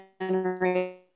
generate